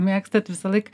mėgstat visąlaik